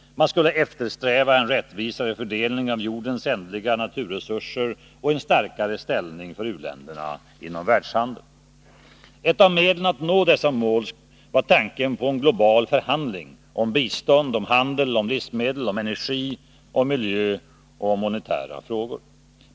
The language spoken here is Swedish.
Man skulle eftersträva en rättvisare fördelning av jordens ändliga naturresurser och en starkare ställning för u-länderna inom världshandeln. Ett av medlen att nå dessa mål var tanken på en global förhandling om bistånd, handel, livsmedel, energi, miljö och monetära frågor.